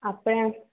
അപ്പഴാണ്